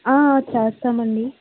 ఆ ఆ చేస్తామండి